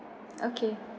okay